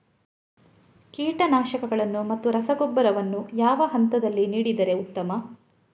ಕೀಟನಾಶಕಗಳನ್ನು ಮತ್ತು ರಸಗೊಬ್ಬರವನ್ನು ಯಾವ ಹಂತದಲ್ಲಿ ನೀಡಿದರೆ ಉತ್ತಮ?